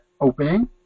opening